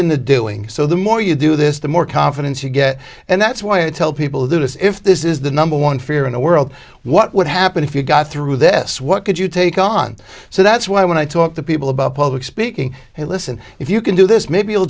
the doing so the more you do this the more confidence you get and that's why i tell people do this if this is the number one fear in the world what would happen if you got through this what could you take on so that's why when i talk to people about public speaking hey listen if you can do this maybe i'll